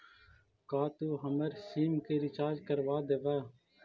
का तू हमर सिम के रिचार्ज कर देबा